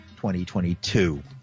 2022